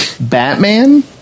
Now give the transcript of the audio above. Batman